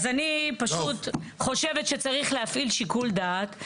אני חושבת שצריך להפעיל שיקול דעת.